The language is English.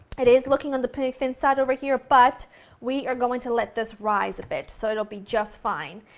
it is looking on the pretty thin side over here but we are going to let this rise a bit so it'll be just fine.